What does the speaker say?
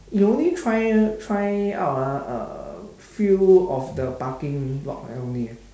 he only try try out ah a few of the parking lot only eh